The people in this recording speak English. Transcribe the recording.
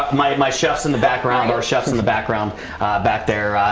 my my chefs in the background our chefs in the background back there.